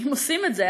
אם עושים את זה,